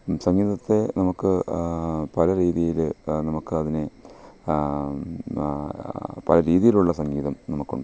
സംഗീതത്തെ നമുക്ക് പല രീതീൽ നമുക്കതിനെ പല രീതിയിലുള്ള സംഗീതം നമുക്കൊണ്ട്